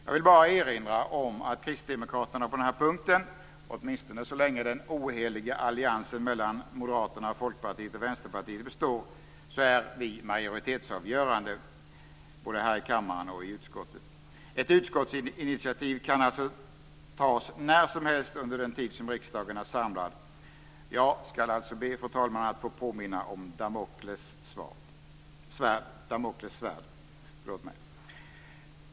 Jag vill bara erinra om att kristdemokraterna på denna punkt - åtminstone så länge den oheliga alliansen mellan Moderaterna, Folkpartiet och Vänsterpartiet består - är majoritetsavgörande, både i kammaren och i utskottet. Ett utskottsinitiativ kan alltså tas när som helst under den tid som riksdagen är samlad. Jag skall, fru talman, be att få påminna om Damokles svärd.